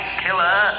killer